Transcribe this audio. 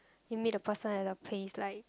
you meet the person at the place like